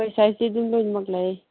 ꯍꯣꯏ ꯁꯥꯏꯖꯇꯤ ꯑꯗꯨꯝ ꯂꯣꯏꯅꯃꯛ ꯂꯩ